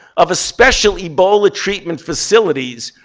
of a special ebola treatment facilities,